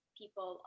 people